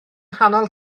nghanol